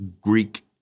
Greek